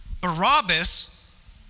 Barabbas